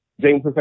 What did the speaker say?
James